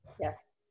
yes